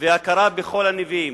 ו"הכרה בכל הנביאים".